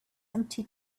empty